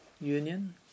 union